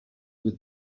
with